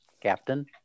Captain